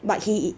but he